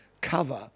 cover